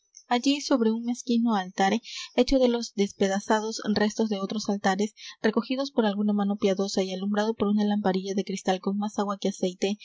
allí sobre un mezquino altar hecho de los despedazados restos de otros altares recogidos por alguna mano piadosa y alumbrado por una lamparilla de cristal con más agua que aceite